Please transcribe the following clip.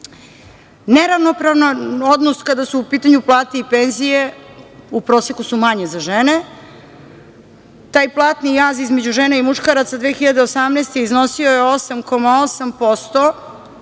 situacija. Neravnopravan odnos kada su u pitanju plate i penzije. U proseku su manje za žene. Taj platni jaz između žena i muškaraca 2018. godine iznosio je 8,8%